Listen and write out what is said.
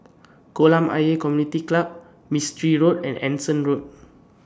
Kolam Ayer Community Club Mistri Road and Anson Road